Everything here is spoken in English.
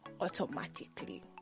automatically